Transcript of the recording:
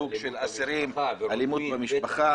סוג של אסירים -- אלימות במשפחה,